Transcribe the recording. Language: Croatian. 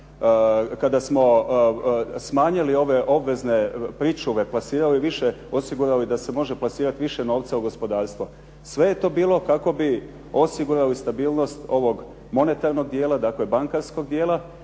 kada smo smanjili ove obvezne pričuve, plasirali više, osigurali da se može plasirat više novca u gospodarstvo. Sve je to bilo kako bi osigurali stabilnost ovog monetarnog dijela, dakle bankarskog dijela,